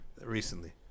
Recently